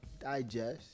digest